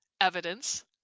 evidence